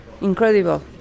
incredible